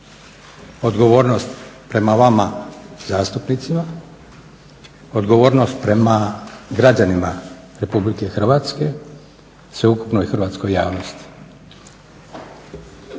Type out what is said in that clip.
odgovornost prema vama zastupnicima, odgovornost prema građanima Republike Hrvatske i sveukupnoj hrvatskoj javnosti.